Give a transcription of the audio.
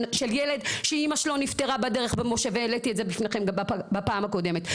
של ילד שאמא שלו נפטרה בדרך והעלית את זה גם לפניכם בפעם הקודמת,